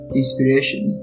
inspiration